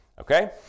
okay